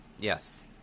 yes